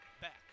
back